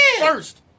first